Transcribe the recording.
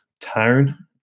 town